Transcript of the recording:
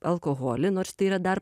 alkoholį nors tai yra dar